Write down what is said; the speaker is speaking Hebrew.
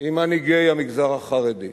עם מנהיגי המגזר החרדי.